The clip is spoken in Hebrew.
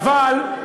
אבל,